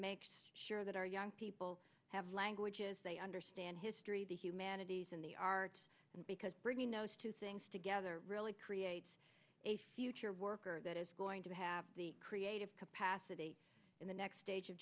make sure that our young people have languages they understand history the humanities and they are because bringing those two things together really creates a future worker that is going to have the creative capacity and the next stage of